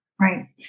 Right